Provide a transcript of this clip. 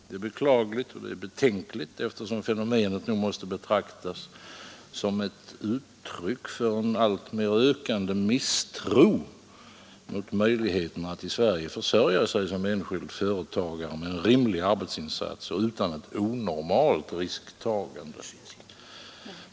Det är beklagligt och betänkligt, eftersom fenomenet nog måste betraktas som ett uttryck för en alltmer ökande misstro mot möjligheterna att i Sverige försörja sig som enskild företagare med en rimlig arbetsinsats och utan ett onormalt risktagande.